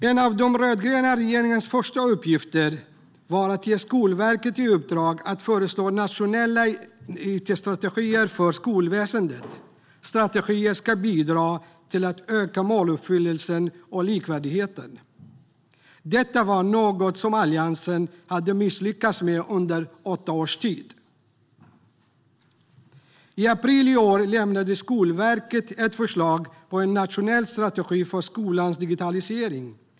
En av den rödgröna regeringens första uppgifter var att ge Skolverket i uppdrag att föreslå nationella it-strategier för skolväsendet. Strategierna ska bidra till att öka måluppfyllelsen och likvärdigheten. Detta var något som Alliansen hade misslyckats med under åtta års tid. I april i år lämnade Skolverket ett förslag på en nationell strategi för skolans digitalisering.